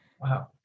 Wow